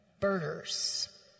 Birders